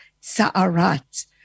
Sa'arat